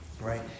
Right